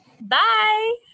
Bye